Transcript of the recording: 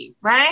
Right